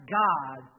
god